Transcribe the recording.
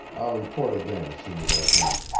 report again as soon as i can.